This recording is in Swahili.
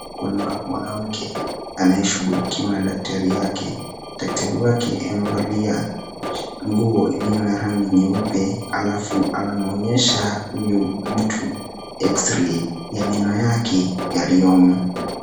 Kuna mwanamke anayeshughulikiwa na daktari yake. Daktari wake amevalia nguo iliyo na rangi nyeupe halafu anamwonyesha huyu mtu x-ray ya meno yake yaliyomo.